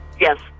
Yes